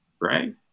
right